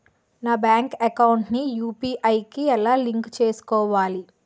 నా bank account ని UPI కి ఎలా లింక్ చేసుకోవాలి?